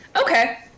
Okay